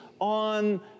on